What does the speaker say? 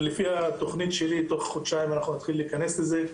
ו-5 ולפי התוכנית שלי אנחנו תוך חודשיים אנחנו נתחיל להיכנס לזה,